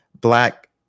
black